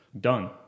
Done